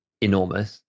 enormous